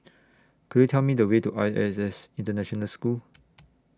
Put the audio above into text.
Could YOU Tell Me The Way to I S S International School